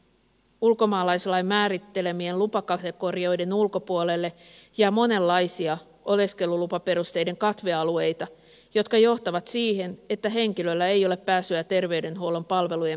ulkomaalaislain määrittelemien lupakategorioiden ulkopuolelle jää monenlaisia oleskelulupaperusteiden katvealueita jotka johtavat siihen että henkilöllä ei ole pääsyä terveydenhuollon palvelujen piiriin